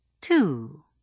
Two